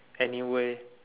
anywhere